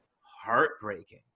heartbreaking